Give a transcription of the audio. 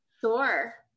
Sure